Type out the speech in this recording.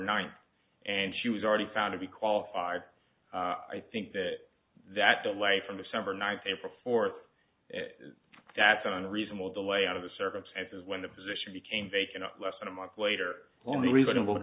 ninth and she was already found to be qualified i think that that the light from the summer nights april fourth that's on reasonable the way out of the circumstances when the position became vacant less than a month later only reasonable